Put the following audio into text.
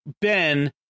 Ben